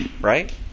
Right